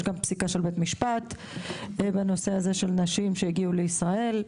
יש גם פסיקה של בית משפט בנושא הזה של נשים שהגיעו לישראל,